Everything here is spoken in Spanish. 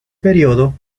periodo